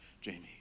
Jamie